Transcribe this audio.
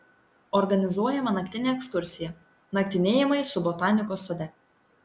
organizuojama naktinė ekskursija naktinėjimai su botanikos sode